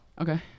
Okay